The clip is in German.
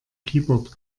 keyboard